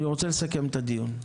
אני רוצה לסכם את הדיון.